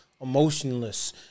emotionless